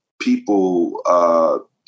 people